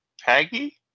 Peggy